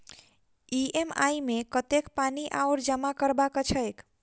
EMI मे कतेक पानि आओर जमा करबाक छैक?